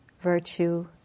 virtue